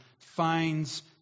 finds